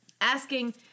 asking